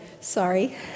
sorry